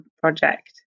project